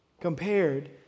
compared